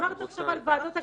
אמרת עכשיו על ועדות הכנסת.